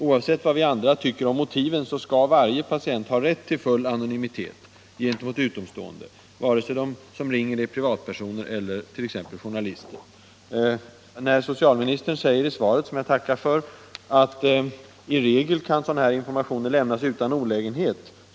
Oavsett vad vi andra tycker om moltiven skall varje patient ha rätt till full anonymitet gentemot utomstående, vare sig de som ringer är privatpersoner eller t.ex. journalister. Socialministern säger i svaret, som jag tackar för, att sådan här information i regel kan lämnas utan olägenhet.